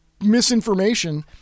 misinformation